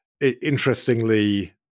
interestingly